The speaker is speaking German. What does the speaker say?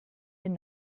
den